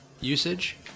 usage